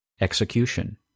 execution